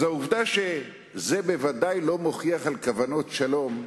על העובדה שזה בוודאי לא מוכיח כוונות שלום,